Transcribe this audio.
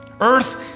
Earth